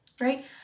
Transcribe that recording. right